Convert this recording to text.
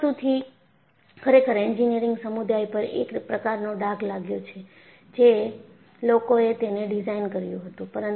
આ વસ્તુથી ખરેખર એન્જિનિયરિંગ સમુદાય પર એક પ્રકારનો ડાઘ લાગ્યો છે જે લોકો એ તેને ડિઝાઇન કર્યું હતું